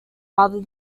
rather